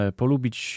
polubić